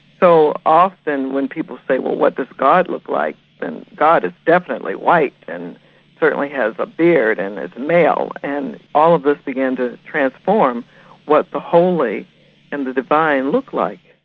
so often when people say well what does god look like and god is definitely white and certainly has a beard and is male and all of this began to transform what the holy and the divine look like.